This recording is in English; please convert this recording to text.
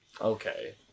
Okay